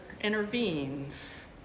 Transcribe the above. intervenes